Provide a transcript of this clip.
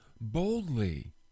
boldly